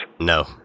No